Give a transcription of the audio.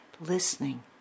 listening